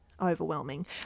overwhelming